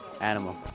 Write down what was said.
animal